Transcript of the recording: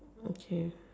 okay